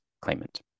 claimant